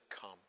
come